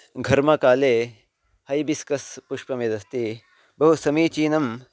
घर्मकाले हैबिस्कस् पुष्पं यदस्ति बहु समीचीनं